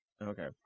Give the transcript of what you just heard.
okay